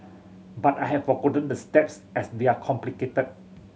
but I have forgotten the steps as they are complicated